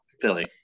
Philly